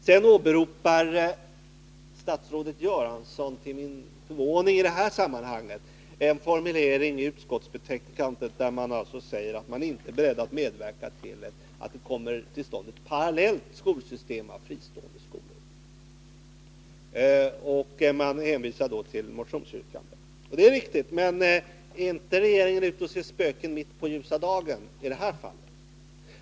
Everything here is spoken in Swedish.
Sedan åberopar statsrådet Göransson till min förvåning i det här sammanhanget en formulering i utskottsbetänkandet där man säger att man inte är beredd att medverka till att det kommer till stånd ett parallellt skolsystem av fristående skolor, och man hänvisar till motionsyrkanden. Det är riktigt. Men är inte regeringen ute och ser spöken mitt på ljusa dagen i det här fallet?